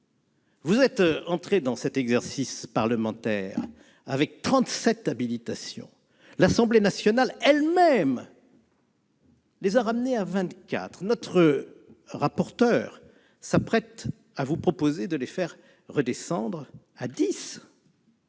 vous êtes entré dans cet exercice parlementaire avec 37 habilitations ; l'Assemblée nationale les a elle-même ramenées à 24 ; notre rapporteur s'apprête à vous proposer de les faire descendre à 10.